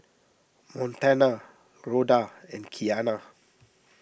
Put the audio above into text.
Montana Rhoda and Qiana